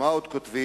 ומה עוד כותבים?